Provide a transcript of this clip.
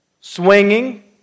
swinging